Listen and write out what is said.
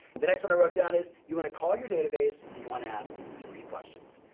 the next one i wrote down is, you wanna call your database, and you wanna ask three questions.